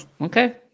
Okay